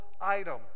item